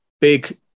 big